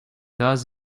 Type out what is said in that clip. does